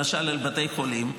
למשל על בתי חולים,